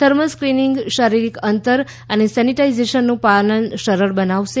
thermal screening શારીરિક અંતર અનેસેનિટાઈઝેશનનું પાલન સરળ બનાવશે